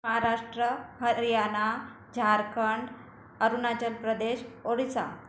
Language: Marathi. महाराष्ट्र हरियाणा झारखंड अरुणाचल प्रदेश ओडिसा